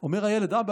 אומר האבא.